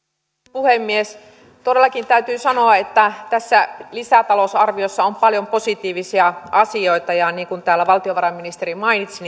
puhemies todellakin täytyy sanoa että tässä lisätalousarviossa on paljon positiivisia asioita ja niin kuin täällä valtiovarainministeri jo mainitsi